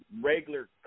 regular